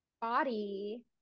body